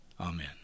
Amen